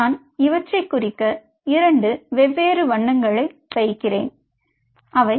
நான் இவற்றை குறிக்க 2 வெவ்வேறு வண்ணங்களை வைக்கிறேன்